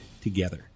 together